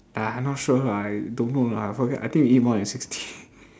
ah I not sure I don't know lah forget I think we eat more than sixty